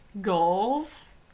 goals